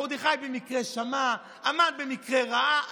מרדכי במקרה שמע, המן במקרה ראה.